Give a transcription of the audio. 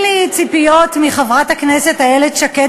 אין לי ציפיות מחברת הכנסת איילת שקד